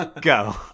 Go